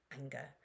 anger